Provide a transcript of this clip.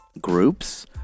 groups